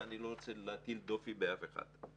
ואני לא רוצה להטיל דופי באף אחד.